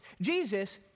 Jesus